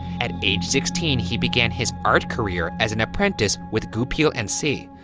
at age sixteen, he began his art career as an apprentice with goupil and cie.